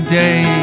day